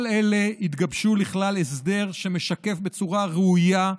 כל אלה התגבשו לכלל הסדר שמשקף בצורה ראויה,